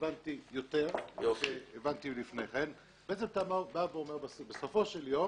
בא ואומר שבסופו של יום